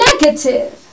negative